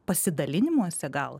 pasidalinimuose gal